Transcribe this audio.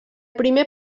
primer